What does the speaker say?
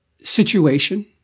situation